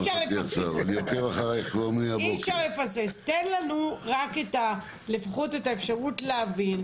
תן לנו את האפשרות להבין.